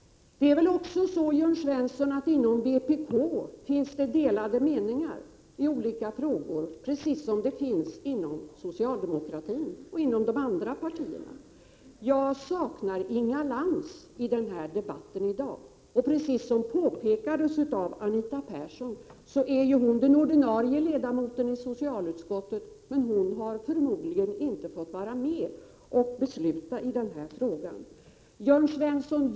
Det finns väl också, Jörn Svensson, inom vpk delade meningar i olika frågor, precis som det finns inom socialdemokratin och inom de andra partierna. Jag saknar Inga Lantz i debatten i dag. Hon är, precis som det påpekades av Anita Persson, den ordinarie ledamoten i socialutskottet. Men hon har förmodligen inte fått vara med och besluta i denna fråga.